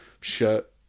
shirt